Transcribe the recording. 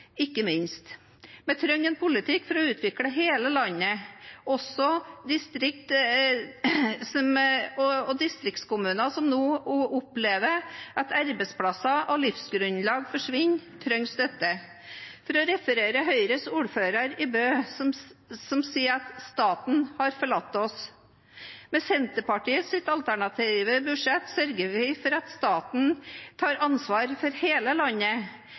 politikk for å utvikle hele landet, og også distriktskommuner som nå opplever at arbeidsplasser og livsgrunnlag forsvinner, trenger støtte. For å referere Høyres ordfører i Bø: Han sier at staten har forlatt oss. Med Senterpartiets alternative budsjett sørger vi for at staten tar ansvar for hele landet,